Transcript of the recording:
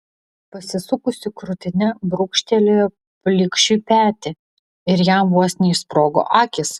pasisukusi krūtine brūkštelėjo plikšiui petį ir jam vos neišsprogo akys